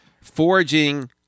forging